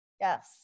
Yes